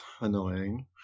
annoying